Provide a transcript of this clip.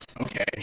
Okay